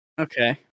Okay